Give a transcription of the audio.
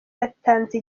yatanze